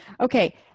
Okay